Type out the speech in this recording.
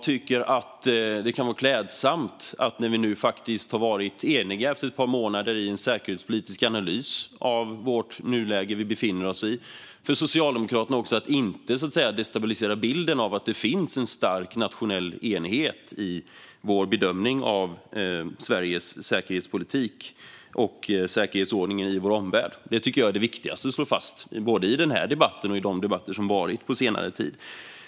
När vi nu har blivit eniga efter att under ett par månader ha gjort en säkerhetspolitisk analys av det läge som vi befinner oss i tycker jag att det vore klädsamt om Socialdemokraterna inte försökte destabilisera bilden av att det finns en stark nationell enighet i bedömningen av Sveriges säkerhetspolitik och säkerhetsordningen i vår omvärld. Det är det viktigaste att slå fast både i denna debatt och i den senaste tidens andra debatter.